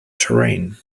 terrain